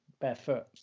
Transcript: barefoot